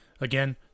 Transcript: Again